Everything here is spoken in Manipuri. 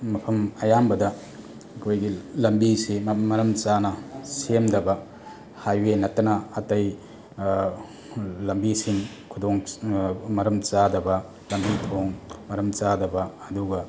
ꯃꯐꯝ ꯑꯌꯥꯝꯕꯗ ꯑꯩꯈꯣꯏꯒꯤ ꯂꯝꯕꯤꯁꯦ ꯃꯔꯝ ꯆꯥꯅ ꯁꯦꯝꯗꯕ ꯍꯥꯏꯋꯦ ꯅꯠꯇꯅ ꯑꯇꯩ ꯂꯝꯕꯤꯁꯤꯡ ꯈꯨꯗꯣꯡ ꯃꯔꯝ ꯆꯥꯗꯕ ꯂꯝꯕꯤ ꯊꯣꯡ ꯃꯔꯝ ꯆꯥꯗꯕ ꯑꯗꯨꯒ